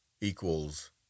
equals